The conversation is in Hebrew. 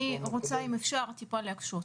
אני רוצה, אם אפשר, טיפה להקשות.